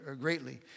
greatly